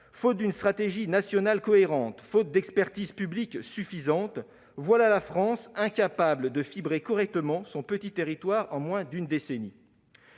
d'une stratégie nationale cohérente et d'une expertise publique suffisante, voilà la France incapable de fibrer correctement son petit territoire en moins d'une décennie.